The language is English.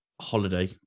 holiday